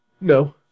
no